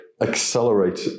accelerate